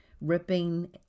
ripping